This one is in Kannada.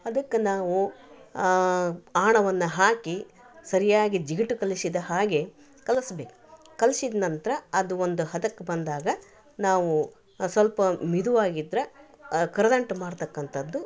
ಅದಕ್ಕೆ ನಾವು ಆ ಆಣವನ್ನ ಹಾಕಿ ಸರಿಯಾಗಿ ಜಿಗುಟು ಕಲಿಸಿದ ಹಾಗೆ ಕಲಸ್ಬೇಕು ಕಲ್ಸಿದ ನಂತರ ಅದು ಒಂದು ಹದಕ್ಕೆ ಬಂದಾಗ ನಾವು ಸ್ವಲ್ಪ ಮಿದುವಾಗಿದ್ದರೆ ಆ ಕರದಂಟು ಮಾಡ್ತಕ್ಕಂಥದ್ದು